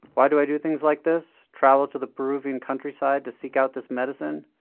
why do i do things like this? travel to the peruvian countryside to seek out this medicine?